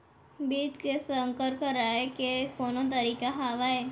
बीज के संकर कराय के कोनो तरीका हावय?